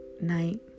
night